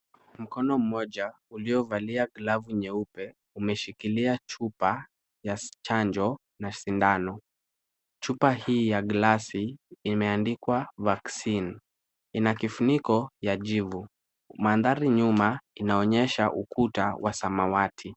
Mkono mmoja uliovalia glavu nyeupe umeshikilia chupa ya chanjo na sindano. Chupa hii ya glasi imeandikwa vaccine . Ina kifuniko ya jivu. Mandhari nyuma inaonyesha ukuta wa samawati.